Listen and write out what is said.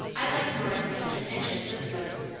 i like more than such a pinch as this was.